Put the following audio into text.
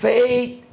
Faith